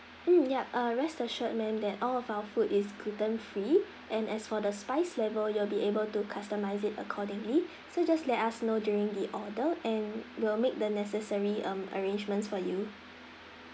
mm yup uh rest assured ma'am that all of our food is gluten free and as for the spice level you'll be able to customize it accordingly so just let us know during the order and we'll make the necessary um arrangements for you